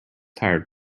tired